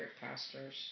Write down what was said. pastors